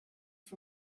for